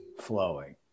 flowing